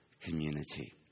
community